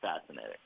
fascinating